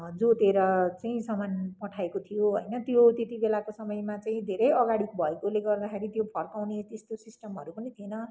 जोतेर चाहिँ सामान पठाएको थियो होइन त्यो त्यति बेलाको समयमा चाहिँ धेरै अगाडि भएकोले गर्दाखेरि त्यो फर्काउने त्यस्तो सिस्टमहरू पनि थिएन